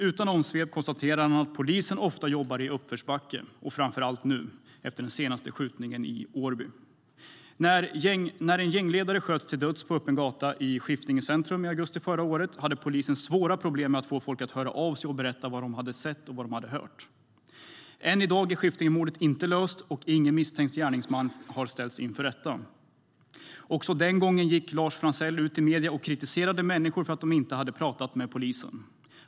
Utan omsvep konstaterar han att polisen ofta jobbar i uppförsbacke. Och framför allt nu, efter den senaste skjutningen i Årby. När den utpekade gängledaren sköts till döds på öppen gata i Skiftinge centrum i augusti förra året hade polisen klara problem med att få folk att höra av sig och berätta vad de sett och hört. Än i dag är Skiftingemordet inte löst och ingen misstänkt gärningsman har ställts inför rätta. Också den gången gick Lars Franzell ut i media och kritiserade människor för att de inte pratade med polisen.